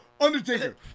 Undertaker